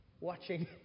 watching